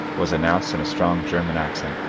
was announced in a strong german accent.